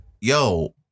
yo